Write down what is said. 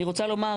אני רוצה לומר,